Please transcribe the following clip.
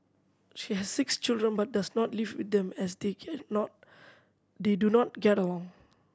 she has six children but does not live with them as they can not they do not get along